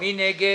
מי נגד?